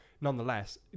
nonetheless